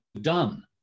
done